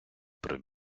про